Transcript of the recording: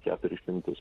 keturis šimtus